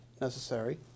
necessary